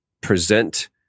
present